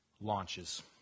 launches